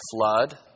flood